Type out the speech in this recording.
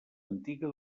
antiga